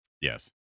Yes